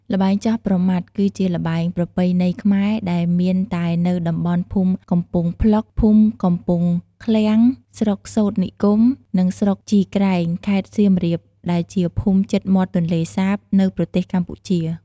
ល្បែងចោះប្រមាត់ គឺជាល្បែងប្រពៃណីខ្មែរ ដែលមានតែនៅតំបន់ភូមិកំពង់ភ្លុក ភូមិកំពង់ឃ្លាំង ស្រុកសូត្រនិគម និងស្រុកជីក្រែង ខេត្តសៀមរាប ដែលជាភូមិជិតមាត់ទន្លេសាប នៅប្រទេសកម្ពុជា។